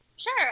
Sure